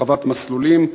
הרחבת מסלולים,